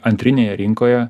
antrinėje rinkoje